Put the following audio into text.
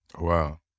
Wow